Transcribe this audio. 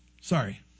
Sorry